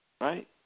Right